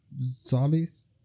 zombies